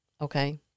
okay